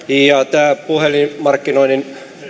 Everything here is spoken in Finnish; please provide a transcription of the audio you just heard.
tämä puhelinmarkkinoinnin